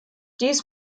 dies